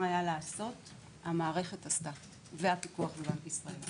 לעשות המערכת והפיקוח בבנק ישראל עשו,